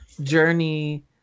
journey